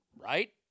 right